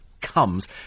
comes